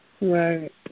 Right